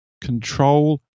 control